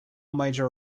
major